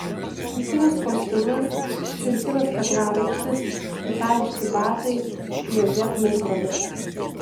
šilkinis kostiumas šilkinis kaklaraištis itališki batai piaget laikrodis